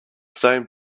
same